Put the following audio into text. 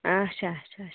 آچھا آچھا آچھا